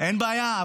אני יודע.